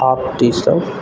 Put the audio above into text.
half T shirt